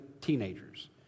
teenagers